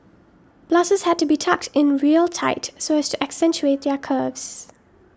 blouses had to be tucked in real tight so as to accentuate their curves